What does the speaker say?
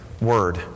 word